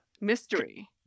Mystery